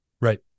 right